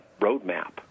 roadmap